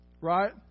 right